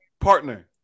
partner